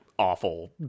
awful